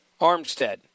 Armstead